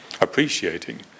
Appreciating